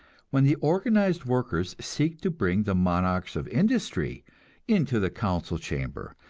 when the organized workers seek to bring the monarchs of industry into the council chamber,